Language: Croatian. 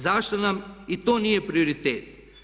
Zašto nam i to nije prioritet?